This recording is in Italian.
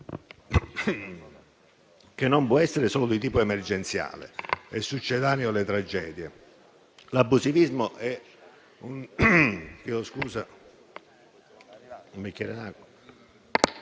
che non può essere solo di tipo emergenziale e successivo alle tragedie.